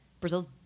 Brazil's